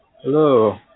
hello